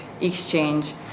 exchange